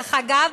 דרך אגב,